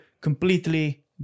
completely